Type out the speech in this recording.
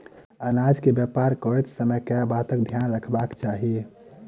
अनाज केँ व्यापार करैत समय केँ बातक ध्यान रखबाक चाहि?